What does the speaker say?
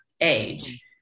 age